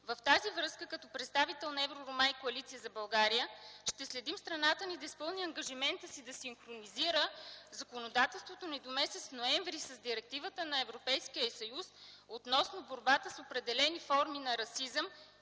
В тази връзка като представител на Евророма и Коалиция за България – ще следим страната ни да изпълни ангажимента си да синхронизира законодателството ни до м. ноември с Директивата на Европейския съюз относно борбата с определени форми на расизъм